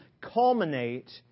culminate